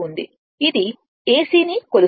ఇది AC ఎసిని కొలుస్తుంది